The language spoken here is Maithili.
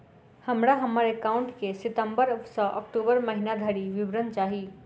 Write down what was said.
हमरा हम्मर एकाउंट केँ सितम्बर सँ अक्टूबर महीना धरि विवरण चाहि?